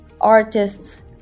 artists